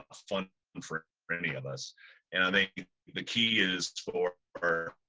ah fun and for for any of us and i think the key is for her